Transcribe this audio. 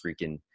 freaking